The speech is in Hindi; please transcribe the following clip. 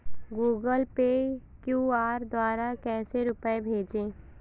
गूगल पे क्यू.आर द्वारा कैसे रूपए भेजें?